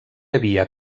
havia